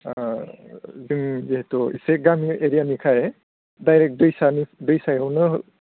जों जेहेथु बे गामि एरियानिखाय डाइरेक्ट दैसानि दैसायावनो